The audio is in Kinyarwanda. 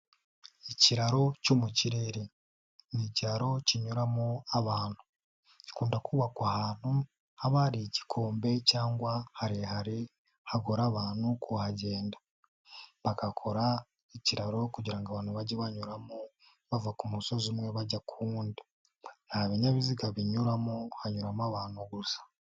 Ikiraro cyo mu kirere nicyiraro kinyuramo abantu, gikunda kubakwa ahantu haba hari igikombe, cyangwa harehare hagora abantu kuhagenda, bagakora ikiraro kugira ngo abantu bajye banyuramo bava ku musozi umwe bajya ku wundi. Nta binyabiziga binyuramo, hanyuramo abantu gusa.